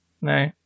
No